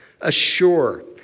assure